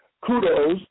kudos